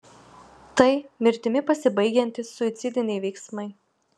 tai mirtimi pasibaigiantys suicidiniai veiksmai